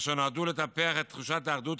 אשר נועדו לטפח את תחושת האחדות,